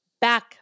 back